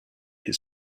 his